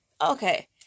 Okay